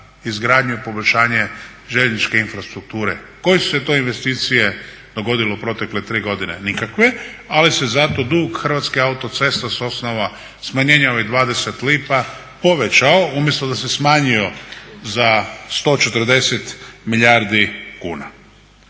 izgradnju i poboljšanje željezničke infrastrukture. Koje su se to investicije dogodile u protekle tri godine, ali se zato dug Hrvatskih autocesta s osnova smanjenja ovih 20 lipa povećao umjesto da se smanjio za 140 milijardi kuna.